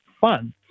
fun